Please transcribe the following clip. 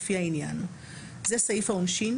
לפי העניין"; זהו סעיף העונשין.